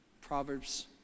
Proverbs